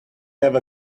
have